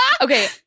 Okay